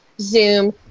Zoom